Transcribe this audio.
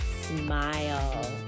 smile